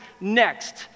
next